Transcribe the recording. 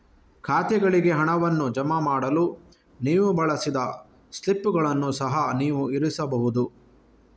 ಖಾತೆಗಳಿಗೆ ಹಣವನ್ನು ಜಮಾ ಮಾಡಲು ನೀವು ಬಳಸಿದ ಸ್ಲಿಪ್ಪುಗಳನ್ನು ಸಹ ನೀವು ಇರಿಸಬಹುದು